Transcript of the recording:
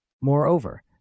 moreover